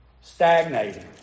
stagnating